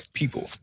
people